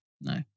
No